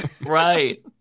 Right